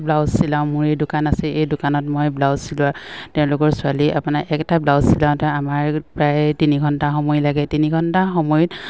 blouse চিলাওঁ মোৰে এই দোকান আছে এই দোকানত মই ব্লাউজ চিলোৱা তেওঁলোকৰ ছোৱালী আপোনাৰ একটা ব্লাউজ চিলাওঁতে আমাৰ প্ৰায় তিনি ঘণ্টা সময় লাগে তিনি ঘণ্টা সময়ত